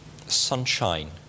Sunshine